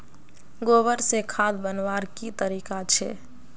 गोबर से खाद बनवार की तरीका छे?